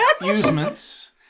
amusements